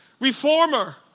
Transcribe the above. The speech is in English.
reformer